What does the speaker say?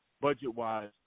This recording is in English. budget-wise